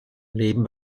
leben